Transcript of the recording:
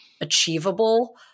achievable